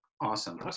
awesome